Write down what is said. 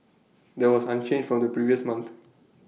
that was unchanged from the previous month